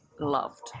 Loved